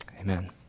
amen